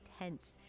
intense